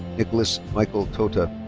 nicholas michael tota.